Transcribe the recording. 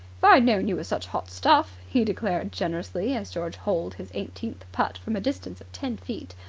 if i'd known you were such hot stuff, he declared generously, as george holed his eighteenth putt from a distance of ten feet,